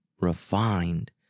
refined